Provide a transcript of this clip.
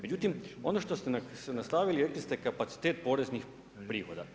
Međutim ono što ste nastavili rekli ste kapacitet poreznih prihoda.